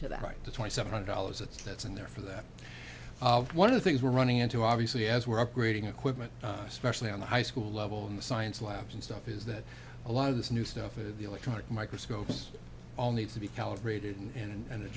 to the right to twenty seven hundred dollars that's that's in there for that one of the things we're running into obviously as we're upgrading equipment especially on the high school level in the science labs and stuff is that a lot of this new stuff in the electronic microscopes all need to be calibrated and a